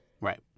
right